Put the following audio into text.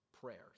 prayers